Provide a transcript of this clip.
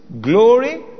glory